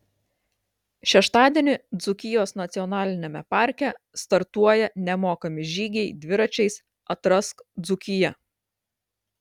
šeštadienį dzūkijos nacionaliniame parke startuoja nemokami žygiai dviračiais atrask dzūkiją